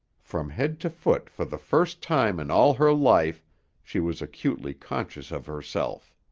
from head to foot for the first time in all her life she was acutely conscious of herself.